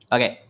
Okay